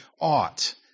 ought